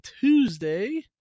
Tuesday